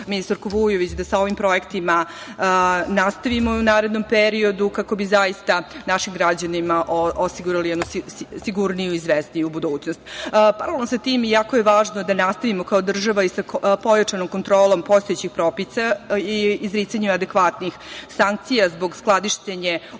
ministarko Vujović, da sa ovim projektima nastavimo i u narednom periodu kako bi zaista našim građanima osigurali jednu sigurniju i izvesniju budućnost. Paralelno sa tim, jako je važno da nastavimo kao država sa pojačanom kontrolom postojećih propisa i izricanja adekvatnih sankcija zbog skladištenja otpada